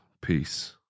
Peace